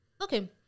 Okay